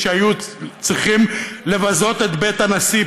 שהיו צריכים לבזות את בית הנשיא.